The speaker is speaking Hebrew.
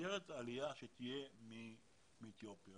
במסגרת העלייה שתהיה מאתיופיה,